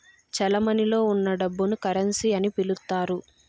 చెలమణిలో ఉన్న డబ్బును కరెన్సీ అని పిలుత్తారు